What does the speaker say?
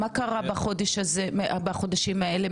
מה קרה בחודשים האלה?